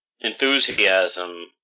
enthusiasm